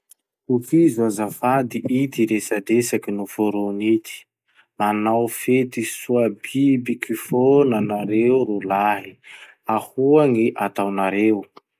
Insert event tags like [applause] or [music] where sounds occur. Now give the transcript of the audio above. [noise] Tohizo azafady ity resadresaky noforony ity: Manao fety soa bibiky fona [noise] nareo ro lahy. Ahoa gny ataonareo;